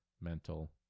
mental